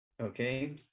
okay